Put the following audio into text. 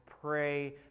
pray